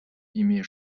имея